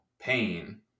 pain